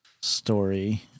story